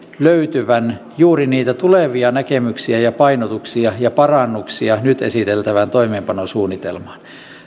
löytyvän juuri niitä tulevia näkemyksiä painotuksia ja parannuksia nyt esiteltävään toimeenpanosuunnitelmaan